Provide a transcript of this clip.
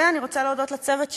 ואני רוצה להודות לצוות שלי,